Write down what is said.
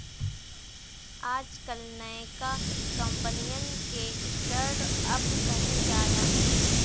आजकल नयका कंपनिअन के स्टर्ट अप कहल जाला